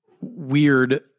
weird